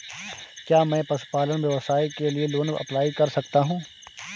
क्या मैं पशुपालन व्यवसाय के लिए लोंन अप्लाई कर सकता हूं?